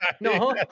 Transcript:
no